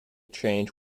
change